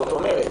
זאת אומרת,